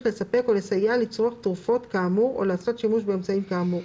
לספק ולסייע לצרוך תרופות כאמור או לעשות שימוש באמצעים כאמור,